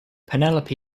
penelope